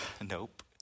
Nope